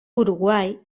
uruguai